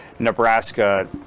Nebraska